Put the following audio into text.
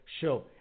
show